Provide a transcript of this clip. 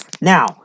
Now